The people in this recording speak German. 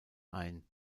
ein